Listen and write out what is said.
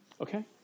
Okay